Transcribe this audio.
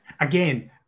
again